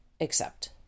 accept